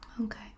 Okay